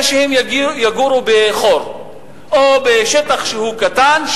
הן יגורו בחור או בשטח קטן,